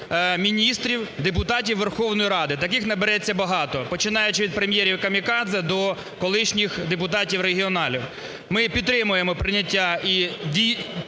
міністрів, депутатів Верховної Ради, таких набереться багато. починаючи від прем'єрів-камікадзе, до колишніх депутатів-регіоналів. Ми підтримуємо прийняття і